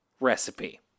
recipe